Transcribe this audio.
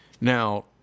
now